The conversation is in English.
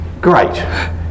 great